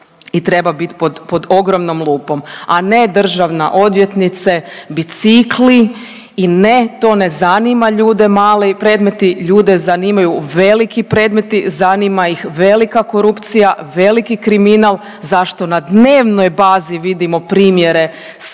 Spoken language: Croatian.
i treba bit pod ogromnom lupom, a ne državna odvjetnice bicikli. I ne to ne zanima ljude male i predmeti, ljude zanimaju veliki predmeti, zanima ih velika korupcija, veliki kriminal za što na dnevnoj bazi vidimo primjere sitnih